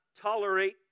tolerate